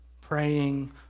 praying